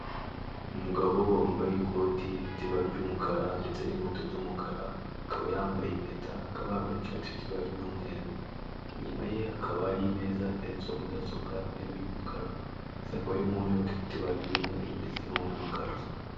Umugabo wambaye ikoti ifite ibara ry'umukara ndetse n'inkweto z'umukara, akaba yambaye impeta, akaba yambaye n'ishati ifite ibara ry'umweru. Inyuma ye hakaba hari imeza iteretseho mudasobwa, intebe y'umukara ndetse akaba ari mu nyubako ifite ibara ry'umweru ndetse irimo n'amakaro.